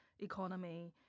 economy